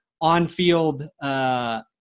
on-field